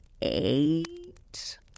eight